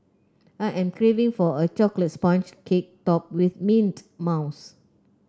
I am craving for a chocolate sponge cake topped with mint mousse